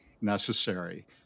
necessary